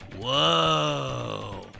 Whoa